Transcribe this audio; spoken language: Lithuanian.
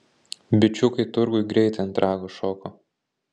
bičiukai turguj greitai ant rago šoko